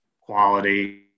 quality